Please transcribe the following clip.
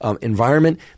environment